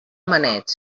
maneig